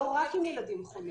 לא רק עם ילדים חולים.